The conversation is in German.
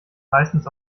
meistens